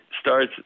starts